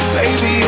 baby